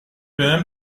بهم